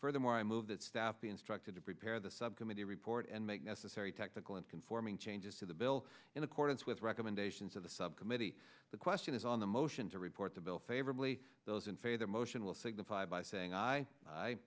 furthermore i move that staff be instructed to prepare the subcommittee report and make necessary technical and conforming changes to the bill in accordance with recommendations of the subcommittee the question is on the motion to report the bill favorably those in favor motion will signify by saying i i